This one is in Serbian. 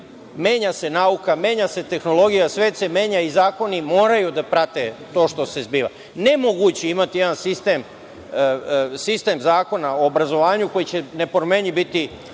Menja se nauka, menja se tehnologija, svet se menja i zakoni moraju da prate to što se zbiva. Nemoguće je imati jedan sistem, sistem zakona o obrazovanju koji će nepromenljiv biti